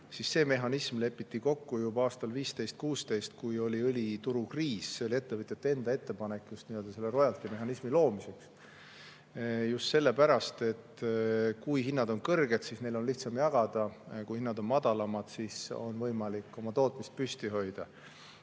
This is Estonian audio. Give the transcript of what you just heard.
tõusu mehhanism lepiti kokku juba aastail 2015–2016, kui oli õliturukriis. See oli ettevõtjate enda ettepanek just selle rojaltimehhanismi loomiseks. Just sellepärast, et kui hinnad on kõrged, siis neil on lihtsam jagada; kui hinnad on madalamad, siis on võimalik tootmist püsti hoida.